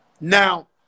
Now